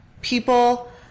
people